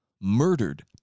murdered